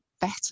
better